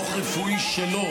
דוח רפואי שלו.